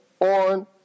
on